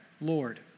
Lord